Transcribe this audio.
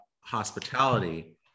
hospitality